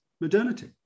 modernity